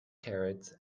carrots